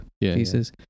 pieces